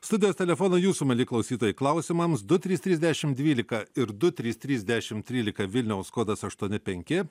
studijos telefonai jūsų mieli klausytojai klausimams du trys trys dešim dvylika ir du trys trys dešim trylika vilniaus kodas aštuoni penki